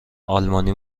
آلمانی